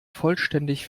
vollständig